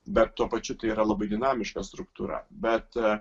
bet tuo pačiu tai yra labai dinamiška struktūra bet